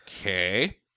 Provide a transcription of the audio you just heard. Okay